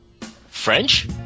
French